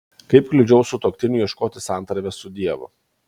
kaip kliudžiau sutuoktiniui ieškoti santarvės su dievu